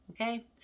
Okay